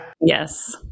Yes